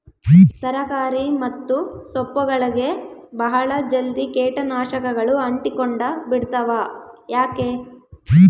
ತರಕಾರಿ ಮತ್ತು ಸೊಪ್ಪುಗಳಗೆ ಬಹಳ ಜಲ್ದಿ ಕೇಟ ನಾಶಕಗಳು ಅಂಟಿಕೊಂಡ ಬಿಡ್ತವಾ ಯಾಕೆ?